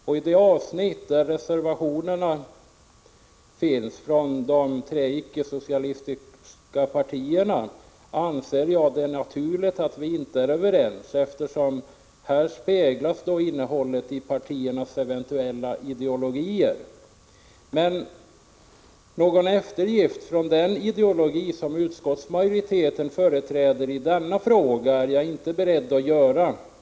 Jag anser att det är naturligt att vi inte är överens om de avsnitt som har föranlett reservationer från de tre ickesocialistiska partierna. Här speglas innehållet i partiernas eventuella ideologier. Men något avsteg från den ideologi som utskottsmajoriteten företräder i denna fråga är jag inte beredd att göra.